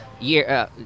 year